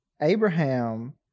Abraham